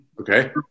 Okay